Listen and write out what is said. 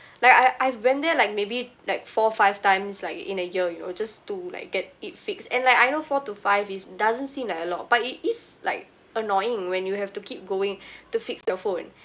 like I I've went there like maybe like four five times like in a year you know just to like get it fixed and like I know four to five is doesn't seem like a lot but it is like annoying when you have to keep going to fix the phone